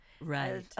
Right